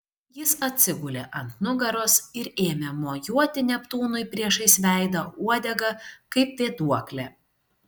jis atsigulė ant nugaros ir ėmė mojuoti neptūnui priešais veidą uodega kaip vėduokle